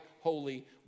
holy